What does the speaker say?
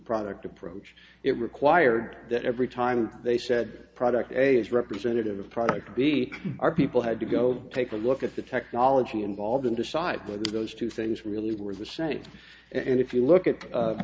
approach it required that every time they said product a is representative of product b our people had to go take a look at the technology involved and decide whether those two things really were the same and if you look at